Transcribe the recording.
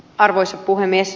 arvoisa puhemies